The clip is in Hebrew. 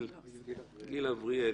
גיל אבריאל,